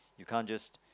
you can't just